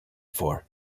for